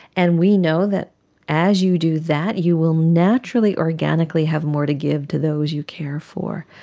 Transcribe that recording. and we know that as you do that you will naturally organically have more to give to those you care for.